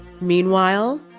Meanwhile